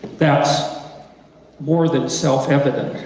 that's more than self-evident